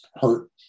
Hurt